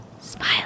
smile